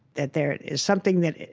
that there is something that